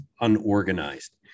unorganized